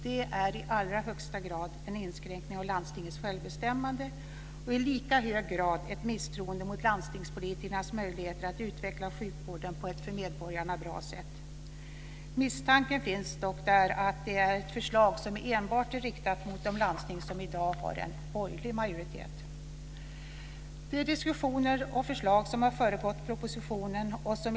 Det är i allra högsta grad en inskränkning av landstingens självbestämmande och i lika hög grad ett misstroende mot landstingspolitikernas möjligheter att utveckla sjukvården på ett för medborgarna bra sätt. Misstanken finns dock där att det är ett förslag som enbart är riktat mot de landsting som i dag har en borgerlig majoritet. De diskussioner och förslag som har föregått propositionen, bl.a.